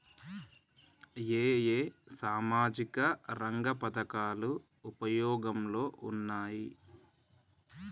ఏ ఏ సామాజిక రంగ పథకాలు ఉపయోగంలో ఉన్నాయి?